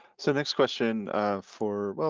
so next question for, well,